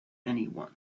anyone